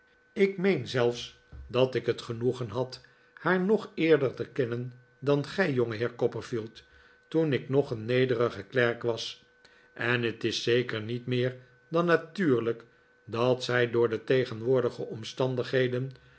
ik meen zelfs dat ik het genoegen had haar nog eerder te kennen dan gij jongeheer copperfield toen ik nog een nederige klerk was en het is zeker niet meer dan natuurlijk dat zij door de tegenwoordige omstandigheden